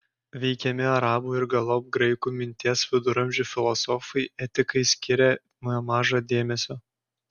veikiami arabų ir galop graikų minties viduramžių filosofai etikai skiria nemaža dėmesio